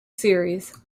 series